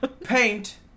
paint